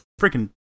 Freaking